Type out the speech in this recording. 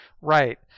right